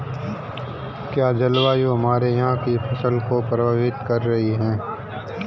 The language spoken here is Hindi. क्या जलवायु हमारे यहाँ की फसल को प्रभावित कर रही है?